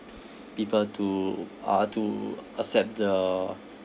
people to uh to accept the